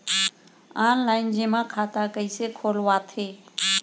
Online जेमा खाता कइसे खोलवाथे?